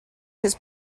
his